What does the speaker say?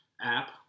app